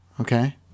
okay